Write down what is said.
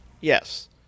Yes